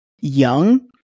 young